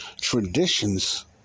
Traditions